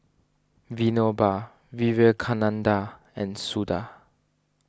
Vinoba Vivekananda and Suda